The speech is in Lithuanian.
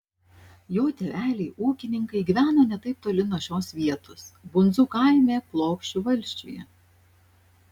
jo tėveliai ūkininkai gyveno ne taip toli nuo šios vietos bundzų kaime plokščių valsčiuje